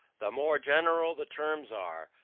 the more general the terms are,